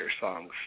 songs